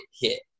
hit